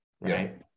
right